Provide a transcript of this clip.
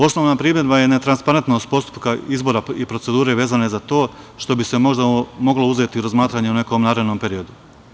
Osnovna primedba je netransparentnost postupka izbora i procedure vezano za to, što bi se možda moglo uzeti u razmatranje u nekom narednom periodu.